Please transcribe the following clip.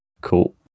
Cool